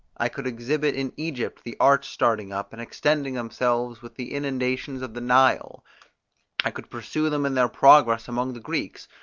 i could exhibit in egypt the arts starting up, and extending themselves with the inundations of the nile i could pursue them in their progress among the greeks,